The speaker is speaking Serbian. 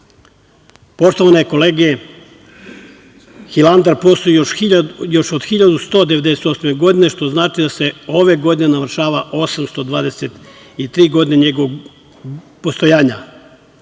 to. Poštovane kolege, Hilandar postoji još od 1198. godine, što znači da se ove godine navršava 823 godine njegovog postojanja.